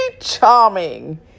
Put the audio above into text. charming